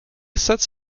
sets